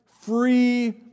free